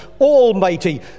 almighty